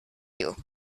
you